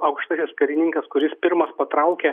aukštasis karininkas kuris pirmas patraukė